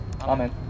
amen